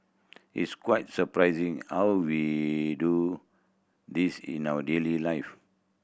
it's quite surprising how we do this in our daily life